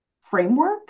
framework